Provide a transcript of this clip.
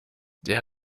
der